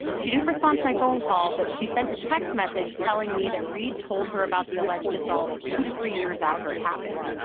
she didn't respond to my phone call, but she sent a text message telling me that reade told her about the alleged assault two to three years after it happened.